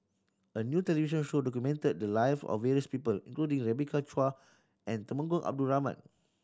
a new television show documented the live of various people including Rebecca Chua and Temenggong Abdul Rahman